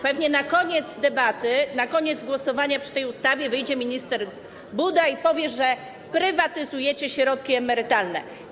Pewnie na koniec debaty, na koniec głosowania przy tej ustawie wyjdzie minister Buda i powie, że prywatyzujecie środki emerytalne.